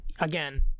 again